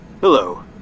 Hello